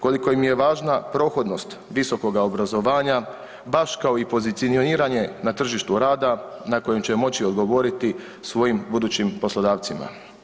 Koliko im je važna prohodnost visokoga obrazovanja baš i kao pozicioniranje na tržištu rada na kojem će moći odgovoriti svojim budućim poslodavcima.